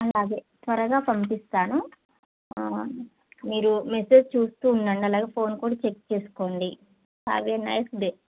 అలాగే త్వరగా పంపిస్తాను మీరు మెసేజ్ చూస్తూ ఉండండి అలాగే ఫోన్ కూడా చెక్ చేసుకోండి హావ్ ఏ నైస్ డే